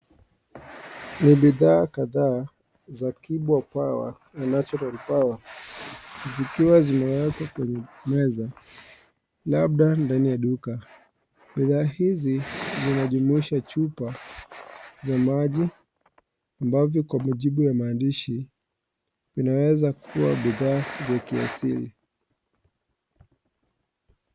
Ni bidhaa kadhaa za Kibo Power na Natural Power zikiwa zimewekwa kwenye meza, labda ndani ya duka. Bidhaa hizi zinajumuisha chupa za maji ambazo kwa mujibu wa maandishi vinaweza kuwa bidhaa za kiasili.